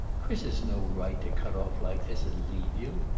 chris has no right to cut off like this, and leave you.